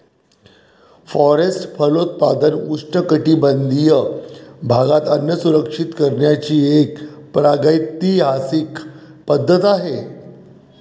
forest फलोत्पादन उष्णकटिबंधीय भागात अन्न सुरक्षित करण्याची एक प्रागैतिहासिक पद्धत आहे